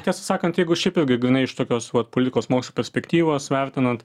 tiesą sakant jeigu šiaip jau gy grynai iš tokios vat politikos mokslų perspektyvos vertinant